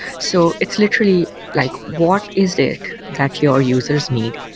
so it's literally like what is it that your users need?